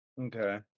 Okay